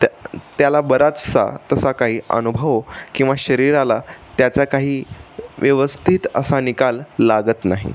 त्या त्याला बराचसा तसा काही अनुभव किंवा शरीराला त्याचा काही व्यवस्थित असा निकाल लागत नाही